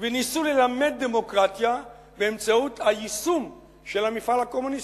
וניסו ללמד דמוקרטיה באמצעות היישום של המפעל הקומוניסטי.